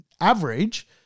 average